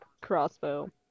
crossbow